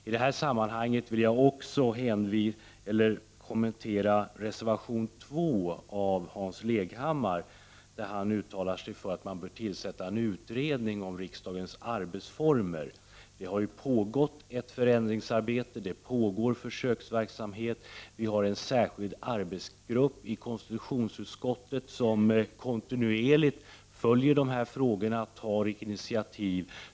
I detta sammanhang vill jag även kommentera reservation 2 av Hans Leghammar, där han uttalar sig för att det borde tillsättas en utredning om riksdagens arbetsformer. Men det pågår ju ett förändringsarbete och en försöksverksamhet, och det finns en särskild arbetsgrupp i konstitutionsutskottet som kontinuerligt följer dessa frågor och tar initiativ.